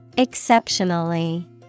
Exceptionally